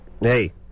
Hey